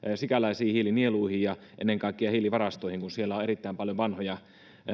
sikäläisiin hiilinieluihin ja ennen kaikkea hiilivarastoihin kun siellä on erittäin paljon vanhoja